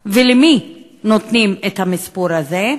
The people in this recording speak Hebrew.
ולמי נותנים את המספור הזה?